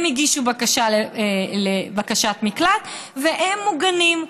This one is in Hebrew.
הם הגישו בקשת מקלט, והם מוגנים.